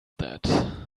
that